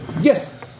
Yes